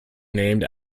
named